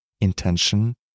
intention